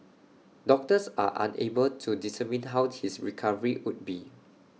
doctors are unable to determine how his recovery would be